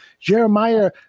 Jeremiah